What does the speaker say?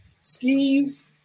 skis